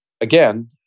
again